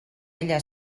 ella